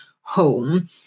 home